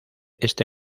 este